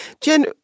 Jen